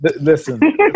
Listen